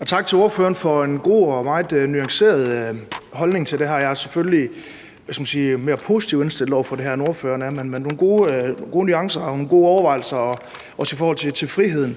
Og tak til ordføreren for en god og meget nuanceret holdning til det her. Jeg er selvfølgelig – hvad skal man sige – mere positivt indstillet over for det her, end ordføreren er, men der var nogle gode nuancer og nogle gode overvejelser, også i forhold til friheden.